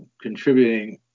contributing